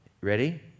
Ready